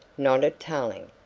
nodded tarling.